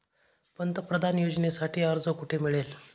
पंतप्रधान योजनेसाठी अर्ज कुठे मिळेल?